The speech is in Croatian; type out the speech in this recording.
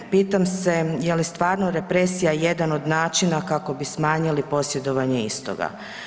Pitam se je li stvarno represija jedan od načina kako bi smanjili posjedovanje istoga.